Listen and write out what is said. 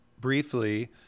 briefly